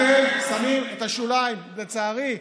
אתם שמים את השוליים, לצערי,